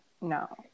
No